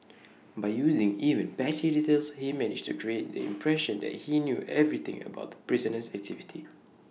by using even patchy details he managed to create the impression that he knew everything about the prisoner's activity